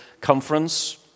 conference